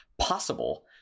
possible